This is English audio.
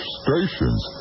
stations